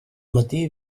matí